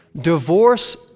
Divorce